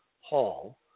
Hall